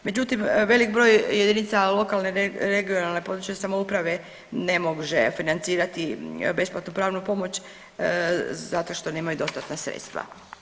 Međutim, velik broj jedinica lokalne, regionalne područne samouprave ne može financirati besplatnu pravnu pomoć zato što nemaju dostatna sredstva.